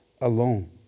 alone